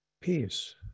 peace